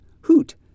Hoot